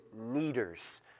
needers